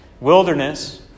Wilderness